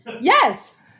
yes